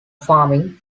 farming